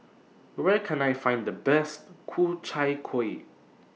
Where Can I Find The Best Ku Chai Kuih